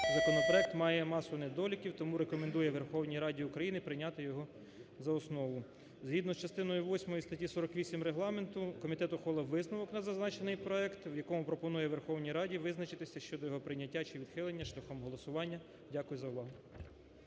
законопроект має масу недоліків, тому рекомендує Верховній Раді України прийняти його за основу. Згідно частиною восьмою статті 48 Регламенту комітет ухвалив висновок на зазначений проект, в якому пропонує Верховній Раді визначитися щодо його прийняття чи відхилення шляхом голосування. Дякую за увагу.